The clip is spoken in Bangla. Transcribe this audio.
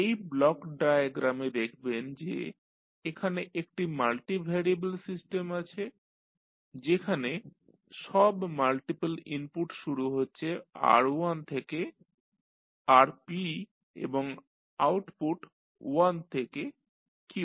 এই ব্লক ডায়াগ্রামে দেখবেন যে এখানে একটি মাল্টিভ্যারিয়েবল সিস্টেম আছে যেখানে সব মাল্টিপল ইনপুট শুরু হচ্ছে r1 থেকে rp এবং আউটপুট 1 থেকে q